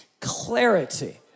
clarity